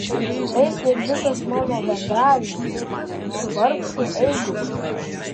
tai ir visas mano bendravimas su vargšu eiguliu